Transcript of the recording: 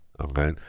Okay